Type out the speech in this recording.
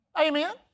Amen